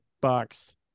box